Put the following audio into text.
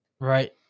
right